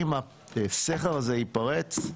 אם הסכר הזה ייפרץ,